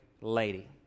lady